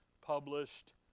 published